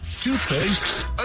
toothpaste